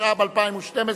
התשע"ב 2012,